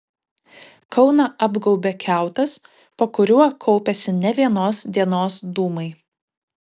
kauną apgaubė kiautas po kuriuo kaupiasi ne vienos dienos dūmai